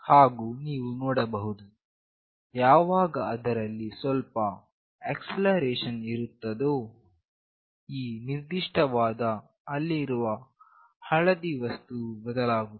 ಹಾಗು ನೀವು ನೋಡಬಹುದು ಯಾವಾಗ ಅದರಲ್ಲಿ ಸ್ವಲ್ಪ ಆಕ್ಸೆಲರೇಷನ್ ಇರುತ್ತದೆಯೋ ಈ ನಿರ್ದಿಷ್ಟವಾದ ಅಲ್ಲಿರುವ ಹಳದಿ ವಸ್ತುವು ಬದಲಾಗುತ್ತದೆ